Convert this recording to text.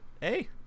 hey